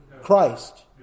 Christ